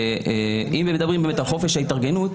ואם מדברים על חופש ההתארגנות